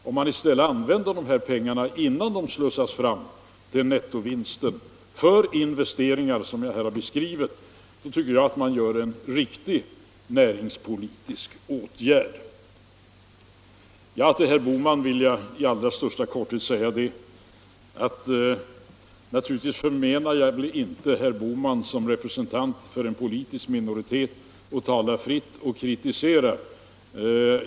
Om man i stället använder pengarna innan de slussas fram till nettovinsten för investeringar, som jag här har beskrivit, så tycker jag att man vidtar en riktig näringspolitisk åtgärd. Till herr Bohman vill jag i allra största korthet säga, att naturligtvis förmenar jag inte herr Bohman att som representant för en politisk minoritet tala fritt och kritisera.